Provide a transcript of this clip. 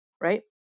right